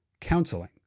counseling